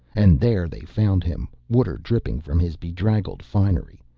and there they found him, water dripping from his bedraggled finery,